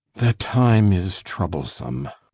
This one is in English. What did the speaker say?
the time is troublesome.